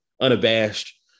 unabashed